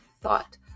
thought